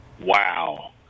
Wow